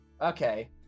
Okay